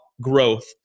growth